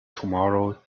tomorrow